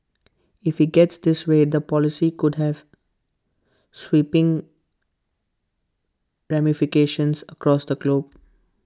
if he gets his way the policy could have sweeping ramifications across the globe